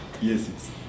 yes